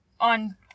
on